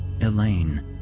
Elaine